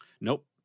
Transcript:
Nope